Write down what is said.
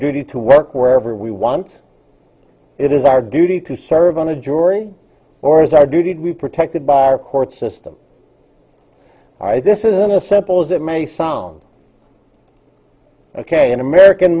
duty to work wherever we want it is our duty to serve on a jury or is our duty to be protected by our court system this isn't a simple as it may sound ok an american